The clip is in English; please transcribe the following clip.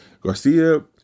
Garcia